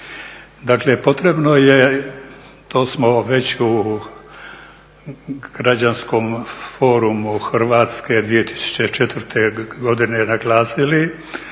Dakle, potrebno je to smo već u Građanskom forumu Hrvatske 2004. godine naglasili